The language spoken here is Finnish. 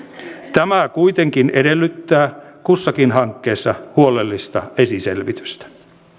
tämä kuitenkin edellyttää kussakin hankkeessa huolellista esiselvitystä